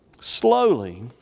Slowly